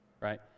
right